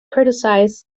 criticized